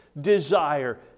desire